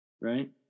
right